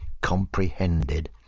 comprehended